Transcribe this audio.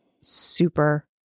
super